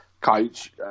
coach